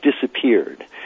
disappeared